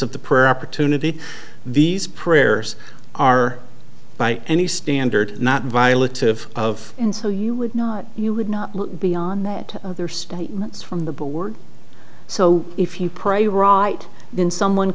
of the prayer opportunity these prayers are by any standard not violent of of and so you would not you would not look beyond that of their statements from the board so if you pray right then someone